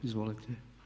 Izvolite.